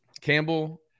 campbell